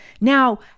Now